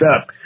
up